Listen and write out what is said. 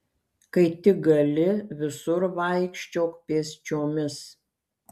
kai tik gali visur vaikščiok pėsčiomis